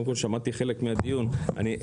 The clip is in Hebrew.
שמעתי חלק מהדיון.